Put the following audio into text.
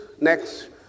next